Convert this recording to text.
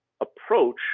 approach